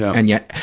and yet,